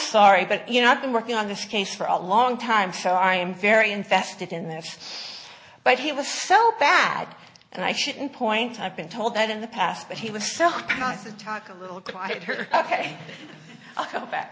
sorry but you know i've been working on this case for a long time so i am very invested in that but he was so bad and i shouldn't point i've been told that in the past but he was so nice to talk a little